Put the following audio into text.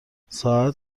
ساعت